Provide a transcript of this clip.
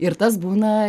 ir tas būna